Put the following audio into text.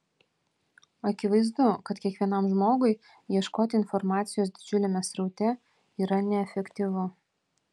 akivaizdu kad kiekvienam žmogui ieškoti informacijos didžiuliame sraute yra neefektyvu